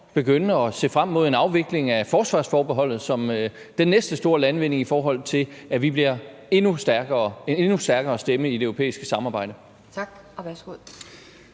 begynde at se frem mod en afvikling af forsvarsforbeholdet som den næste store landvinding, i forhold til at vi bliver en endnu stærkere stemme i det europæiske samarbejde? Kl.